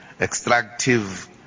extractive